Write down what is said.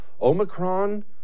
Omicron